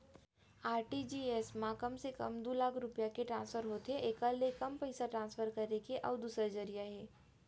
RTGS म कम से कम दू लाख रूपिया के ट्रांसफर होथे एकर ले कम पइसा ट्रांसफर करे के अउ दूसर जरिया हे